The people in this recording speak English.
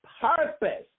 purpose